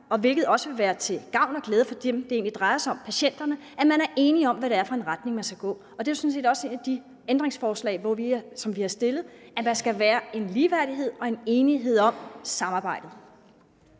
hvilket også vil være til gavn og glæde for dem, det egentlig drejer sig om, nemlig patienterne, altså hvis man er enige om, i hvilken retning man skal gå. Det er jo sådan set også indholdet i et af de ændringsforslag, som vi har stillet, at der skal være en ligeværdighed og en enighed om samarbejde.